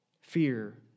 fear